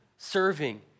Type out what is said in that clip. serving